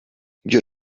your